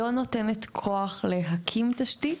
לא נותנת כוח להקים תשתית,